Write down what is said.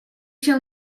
się